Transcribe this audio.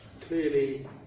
Clearly